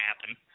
happen